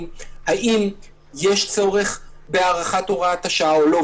האם יש צורך בהארכת הוראת השעה או לא,